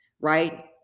right